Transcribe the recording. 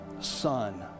son